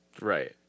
Right